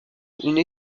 une